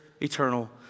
eternal